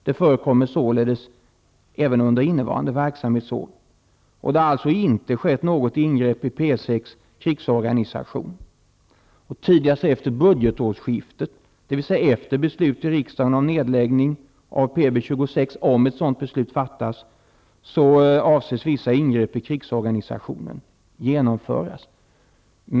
Det förekommer således även under innevarande verksamhetsår, och det har inte skett något ingrepp i P 6:s krigsorganisation. Tidigast efter budgetårsskiftet, dvs. efter beslut i riksdagen om nedläggning av PB 26 -- om ett sådant beslut fattas --, avses vissa ingrepp i krigsorganisationen genomföras.